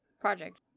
Project